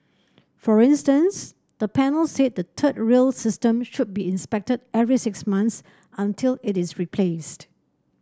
for instance the panel said the third rail system should be inspected every six months until it is replaced